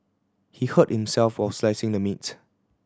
he hurt himself while slicing the meat